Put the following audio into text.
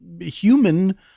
human